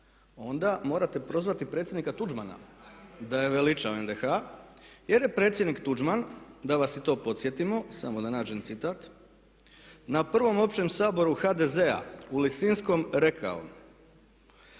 onda morate prozvati predsjednika Tuđmana da je veličao NDH jer je predsjednik Tuđman da vas i to podsjetimo, samo da nađem citat na prvom Općem Saboru HDZ-a u Lisinskom rekao,